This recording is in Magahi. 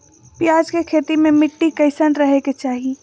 प्याज के खेती मे मिट्टी कैसन रहे के चाही?